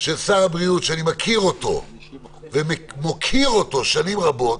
של שר הבריאות שאני מכיר ומוקיר אותו שנים רבות,